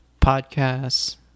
podcasts